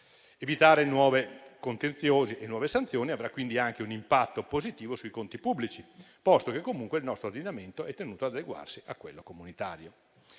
Evitare nuove contenziosi e nuove sanzioni avrà quindi anche un impatto positivo sui conti pubblici, posto che comunque il nostro ordinamento è tenuto ad adeguarsi a quello comunitario.